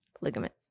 Ligament